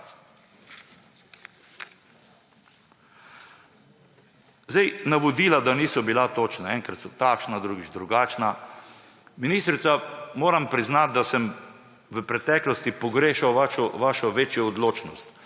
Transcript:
države. Navodila da niso bila točna, enkrat so takšna, drugič drugačna. Ministrica, moram priznati, da sem v preteklosti pogrešal vašo večjo odločnost,